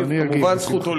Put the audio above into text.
כמובן זכותו,